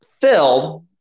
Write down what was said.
filled